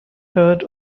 heard